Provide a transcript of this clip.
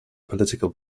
political